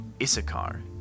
Issachar